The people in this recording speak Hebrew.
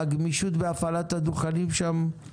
הגמישות בהפעלת הדוכנים שם רחבה.